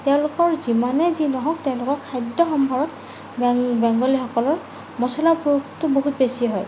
তেওঁলোকৰ যিমানে যি নহওক তেওঁলোকৰ খাদ্য সম্ভাৰৰত বেংগলীসকলৰ মচলা প্ৰয়োগটো বহুত বেছি হয়